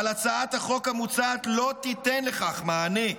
אבל הצעת החוק המוצעת לא תיתן לכך מענה.